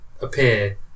appear